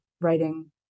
writing